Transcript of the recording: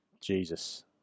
Jesus